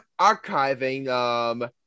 archiving